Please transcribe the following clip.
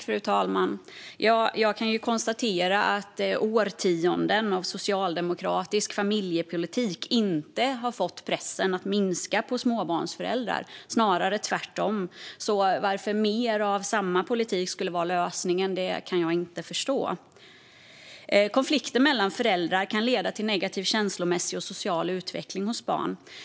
Fru talman! Jag kan konstatera att årtionden av socialdemokratisk familjepolitik inte har fått pressen på småbarnsföräldrar att minska, snarare tvärtom. Varför mer av samma politik skulle vara lösningen kan jag inte förstå. Konflikter mellan föräldrar kan leda till negativ känslomässig och social utveckling hos barn.